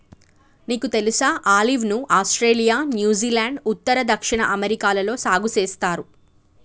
నీకు తెలుసా ఆలివ్ ను ఆస్ట్రేలియా, న్యూజిలాండ్, ఉత్తర, దక్షిణ అమెరికాలలో సాగు సేస్తారు